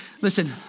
Listen